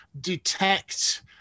detect